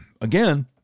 again